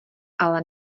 ale